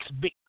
big